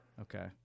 Okay